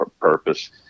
purpose